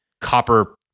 copper